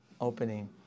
opening